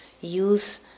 use